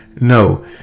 No